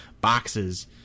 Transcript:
boxes